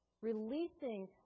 releasing